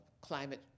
climate